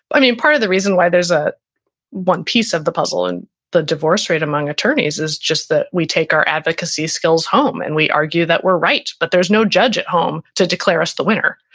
i mean, part of the reason why there's ah one piece of the puzzle and the divorce rate among attorneys is just that we take our advocacy skills home and we argue that we're right, but there's no judge at home to declare us the winner.